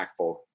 impactful